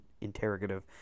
interrogative